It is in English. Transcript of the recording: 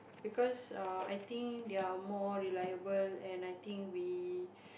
because err I think their more reliable and I think we